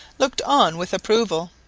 looked on with approval.